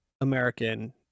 american